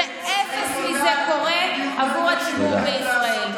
ואפס מזה קורה עבור הציבור בישראל.